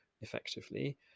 effectively